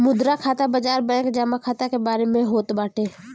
मुद्रा खाता बाजार बैंक जमा खाता के बारे में होत बाटे